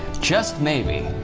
just maybe,